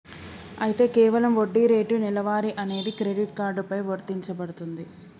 అయితే కేవలం వడ్డీ రేటు నెలవారీ అనేది క్రెడిట్ కార్డు పై వర్తించబడుతుంది